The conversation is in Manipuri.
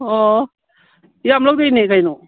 ꯑꯣ ꯌꯥꯝ ꯂꯧꯗꯣꯏꯅꯤ ꯀꯩꯅꯣ